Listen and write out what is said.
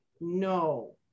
No